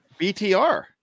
BTR